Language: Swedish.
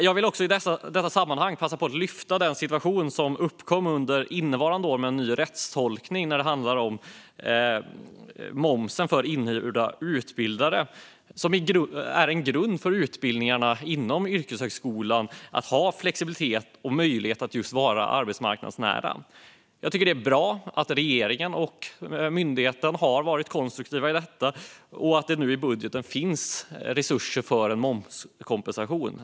Jag vill i detta sammanhang passa på att lyfta den situation som uppkom under innevarande år med en ny rättstolkning gällande moms för inhyrda utbildare, som är en grund för utbildningarnas flexibilitet och möjlighet att vara arbetsmarknadsnära. Det är bra att regeringen och myndigheten har varit konstruktiva i detta och att det nu i budgeten finns resurser för en momskompensation.